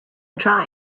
try